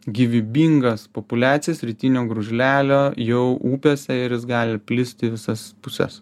gyvybingas populiacijas rytinio gružlelio jau upėse ir jis gali plist į visas puses